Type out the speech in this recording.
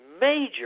major